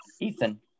Ethan